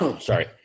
Sorry